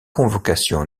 convocations